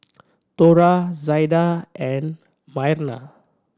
Thora Zaida and Myrna